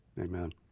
Amen